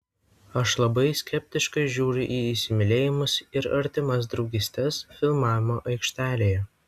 aš labai skeptiškai žiūriu į įsimylėjimus ir artimas draugystes filmavimo aikštelėje